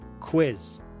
quiz